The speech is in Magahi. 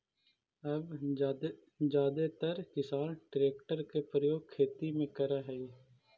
अब जादेतर किसान ट्रेक्टर के प्रयोग खेती में करऽ हई